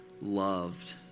loved